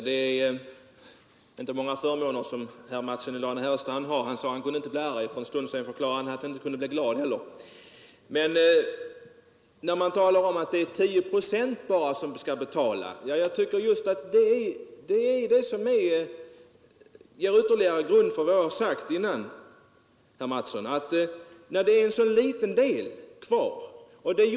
Herr talman! Det är inte många förmåner som herr Mattsson i Lane-Herrestad har. Nu sade han att han inte kunde bli arg, och för en stund sedan sade han att han inte kunde bli glad heller. Man säger att bara 10 procent av ljudradioavgifterna gäller apparater i fordon som används i yrkesmässig trafik. Det stärker mig ytterligare i min uppfattning.